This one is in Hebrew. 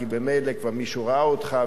כי ממילא כבר מישהו ראה אותך,